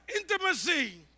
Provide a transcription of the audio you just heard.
intimacy